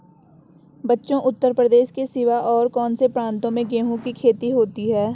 बच्चों उत्तर प्रदेश के सिवा और कौन से प्रांतों में गेहूं की खेती होती है?